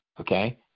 okay